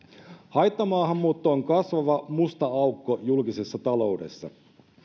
haittamaahanmuutto on kasvava musta aukko julkisessa taloudessa